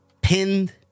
Pinned